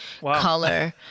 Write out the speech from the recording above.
color